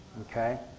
Okay